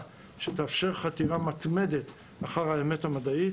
שתאפשר חתירה מתמדת אחרי האמת המדעית,